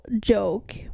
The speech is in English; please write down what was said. joke